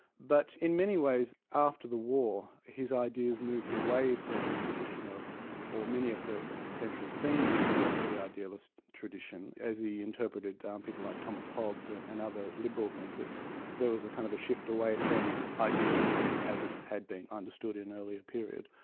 but in many ways after the war, his ideas moved away from the tradition or many of the central themes of the idealist tradition, as he interpreted people like thomas hobbes and and other liberal thinkers there was a kind of a shift away from idealism as it had been understood in an earlier period.